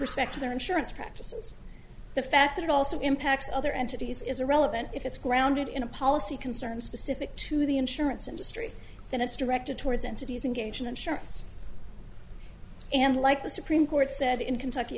respect to their insurance practices the fact that it also impacts other entities is a relevant if it's grounded in a policy concern specific to the insurance industry that it's directed towards entities engaged in insurance and like the supreme court said in kentucky